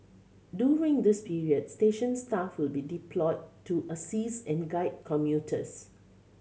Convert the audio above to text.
during this period station staff will be deployed to assist and guide commuters